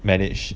manage